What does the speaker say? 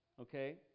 Okay